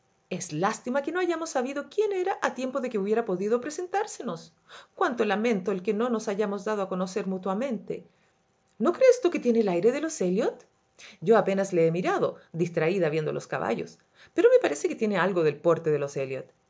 es lástima que no hayamos sabido quién era a tiempo de que hubiera podido presentársenos cuánto lamento el que no nos hayamos dado a conocer mutuamente no crees tú que tiene el aire de los elliot yo apenas le he mirado distraída viendo los caballos pero me parece que tiene algo del porte de los